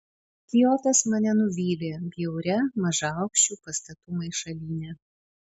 kiotas mane nuvylė bjauria mažaaukščių pastatų maišalyne